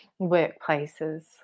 workplaces